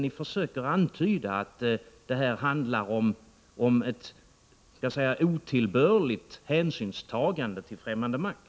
Ni försöker ju antyda att det här handlar om ett otillbörligt hänsynstagande till fftämmande makt.